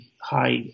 high